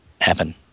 happen